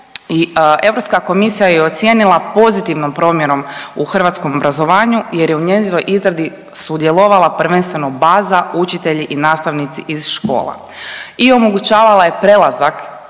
Europska komisija ju je ocijenila pozitivnom promjenom u hrvatskom obrazovanju jer je u njezinoj izradi sudjelovala prvenstveno baza učitelji i nastavnici iz škola i omogućavala je prelazak